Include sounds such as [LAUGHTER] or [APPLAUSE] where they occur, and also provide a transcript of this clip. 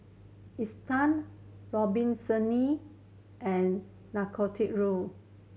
Isetan [UNINTELLIGIBLE] and Nicorette